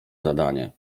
zadanie